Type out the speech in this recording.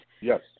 yes